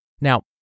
Now